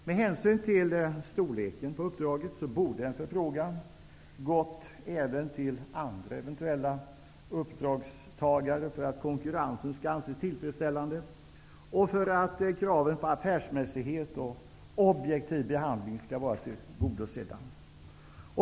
Med hänsyn till storleken på uppdraget borde en förfrågan ha gått även till andra eventuella uppdragstagare för att konkurrensen skall anses tillfredsställande och för att kraven på affärsmässighet och objektiv behandling skall vara tillgodosedda.